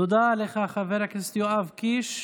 תודה לך, חבר הכנסת יואב קיש.